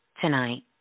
tonight